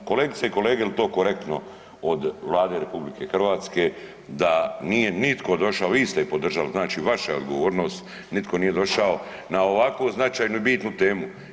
Kolegice i kolege jel to korektno od Vlade RH da nije nitko došao, vi ste ih podržali znači vaša je odgovornost, nitko nije došao na ovako značajnu i bitnu temu.